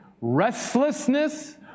restlessness